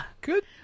Good